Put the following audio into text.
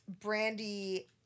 brandy